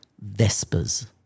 Vespers